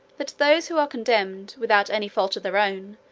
that those who are condemned, without any fault of their own,